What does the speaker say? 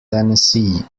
tennessee